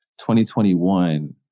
2021